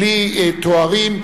בלי תארים,